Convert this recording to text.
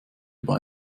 über